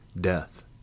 death